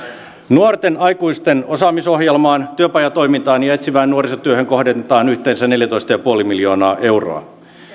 nuorten aikuisten osaamisohjelmaan työpajatoimintaan ja etsivään nuorisotyöhön kohdennetaan yhteensä neljätoista pilkku viisi miljoonaa euroa tämä